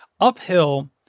uphill